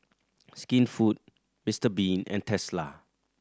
Skinfood Mister Bean and Tesla